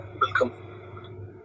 welcome